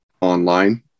online